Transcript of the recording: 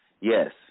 yes